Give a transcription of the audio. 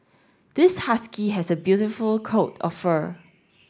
this husky has a beautiful coat of fur